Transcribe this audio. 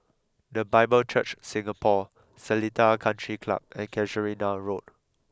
the Bible Church Singapore Seletar Country Club and Casuarina Road